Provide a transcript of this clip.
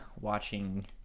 watching